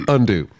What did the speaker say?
Undo